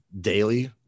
daily